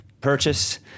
purchase